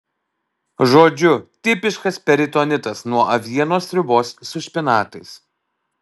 žodžiu tipiškas peritonitas nuo avienos sriubos su špinatais